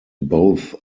both